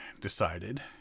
decided